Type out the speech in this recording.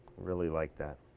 really like that.